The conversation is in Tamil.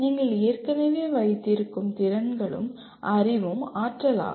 நீங்கள் ஏற்கனவே வைத்திருக்கும் திறன்களும் அறிவும் ஆற்றல் ஆகும்